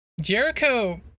Jericho